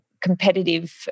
competitive